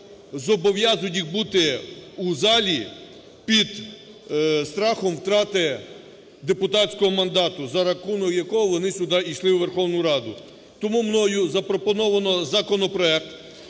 зобов'язують їх бути у залі під страхом втрати депутатського мандату, заради якого вони сюди йшли, у Верховну Раду. Тому мною запропоновано законопроект